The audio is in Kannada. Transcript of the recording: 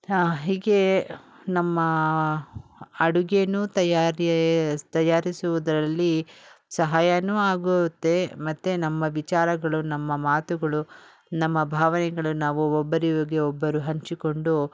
ಹೀಗೇ ನಮ್ಮ ಅಡುಗೆಯೂ ತಯಾರಿಯೇಸಿ ತಯಾರಿಸುವುದರಲ್ಲಿ ಸಹಾಯವೂ ಆಗುತ್ತೆ ಮತ್ತು ನಮ್ಮ ವಿಚಾರಗಳು ನಮ್ಮ ಮಾತುಗಳು ನಮ್ಮ ಭಾವನೆಗಳು ನಾವು ಒಬ್ಬರಿಗೆ ಒಬ್ಬರು ಹಂಚಿಕೊಂಡು